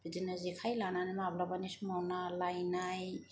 बिदिनो जेखाइ लानानै माब्लाबानि समाव ना लायनाय